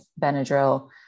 Benadryl